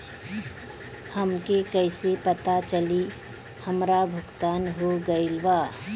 हमके कईसे पता चली हमार भुगतान हो गईल बा?